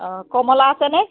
অঁ কমলা আছেনে